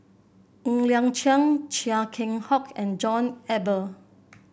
Ng Liang Chiang Chia Keng Hock and John Eber